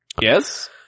Yes